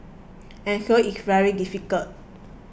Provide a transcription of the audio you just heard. and so it's very difficult